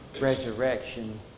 resurrection